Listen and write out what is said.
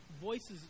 voices